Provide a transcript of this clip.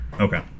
Okay